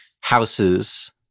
houses